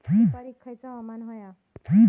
सुपरिक खयचा हवामान होया?